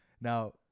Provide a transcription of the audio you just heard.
Now